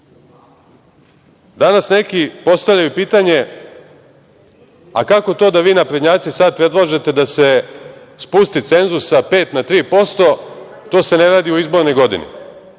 neki postavljaju pitanje – kako to da vi naprednjaci sada predlažete da se spusti cenzus sa pet na tri posto, to se ne radi u izbornoj godini?